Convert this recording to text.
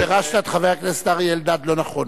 פירשת את חבר הכנסת אלדד לא נכון.